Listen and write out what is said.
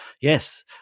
yes